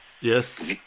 yes